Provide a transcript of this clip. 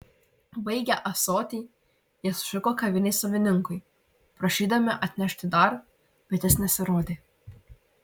baigę ąsotį jie sušuko kavinės savininkui prašydami atnešti dar bet jis nesirodė